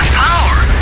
power!